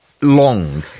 long